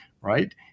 right